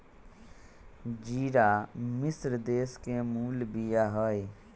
ज़िरा मिश्र देश के मूल बिया हइ